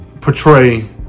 portray